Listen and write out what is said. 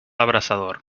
abrasador